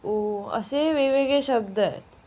ओ असे वेगवेगळे शब्द आहेत